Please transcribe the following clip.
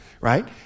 right